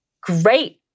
great